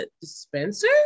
dispenser